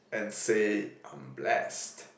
and say I'm blessed